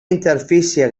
interfície